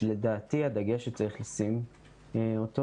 לדעתי הדגש שצריך לשים אותו,